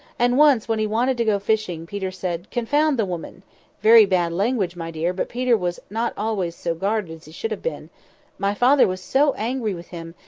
and once when he wanted to go fishing, peter said, confound the woman very bad language, my dear, but peter was not always so guarded as he should have been my father was so angry with him,